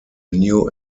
new